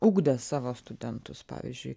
ugdė savo studentus pavyzdžiui